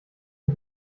mit